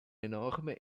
enorme